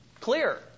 clear